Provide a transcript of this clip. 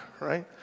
right